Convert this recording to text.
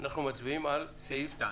זה אשראי, ואפשר לתת אותו.